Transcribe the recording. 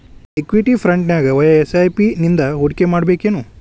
Equity ಫ್ರಂಟ್ನ್ಯಾಗ via SIP ನಿಂದಾ ಹೂಡ್ಕಿಮಾಡ್ಬೆಕೇನು?